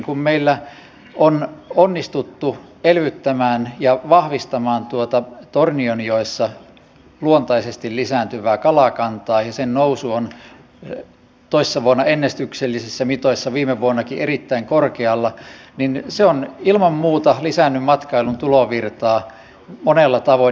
kun meillä on onnistuttu elvyttämään ja vahvistamaan tuota tornionjoessa luontaisesti lisääntyvää kalakantaa ja sen nousu on toissa vuonna ennätyksellisissä mitoissa viime vuonnakin erittäin korkealla niin se on ilman muuta lisännyt matkailun tulovirtaa monella tavoin